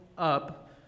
up